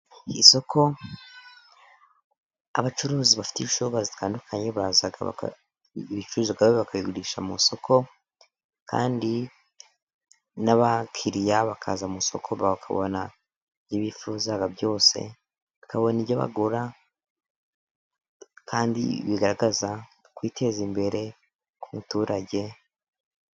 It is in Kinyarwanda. Isoko abacuruzi bafite ibicuruzwa bitandukanye, bazana ibicuruzwa bakabigurisha mu isoko, kandi n'abakiriya bakaza mu isoko bakabona ibyo bifuza byose, bakabona ibyo bagura kandi bigaragaza kwiteza imbere ku muturage.